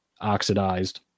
oxidized